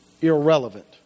irrelevant